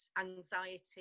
anxiety